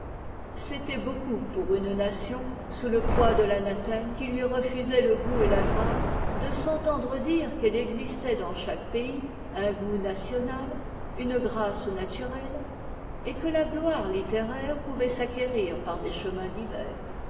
c'était beaucoup pour une nation sous le poids de t'anathème qui lui refusait le goût et la grâce de s'entendre dire qu'il existait dans chaque pays un goût national une grâce naturelle et que la gloire littéraire pouvait s'acquérir par des chemins divers